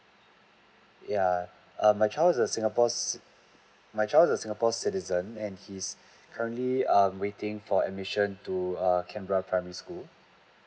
yeah err my child is a singapore cit~ my child is a singapore citizen and he's currently err waiting for admission to err canberra primary school